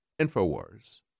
Infowars